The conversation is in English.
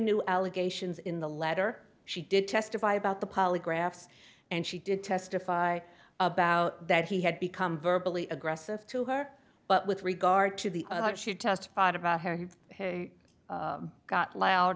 new allegations in the letter she did testify about the polygraphs and she did testify about that he had become verbally aggressive to her but with regard to the other she testified about her he got loud